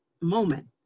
moment